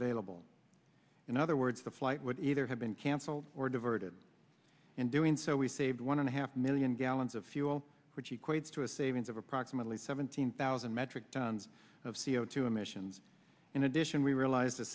available in other words the flight would either have been cancelled or diverted in doing so we saved one and a half million gallons of fuel which equates to a savings of approximately seventeen thousand metric tons of c o two emissions in addition we realize